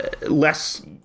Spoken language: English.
less